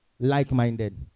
Like-minded